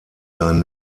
sein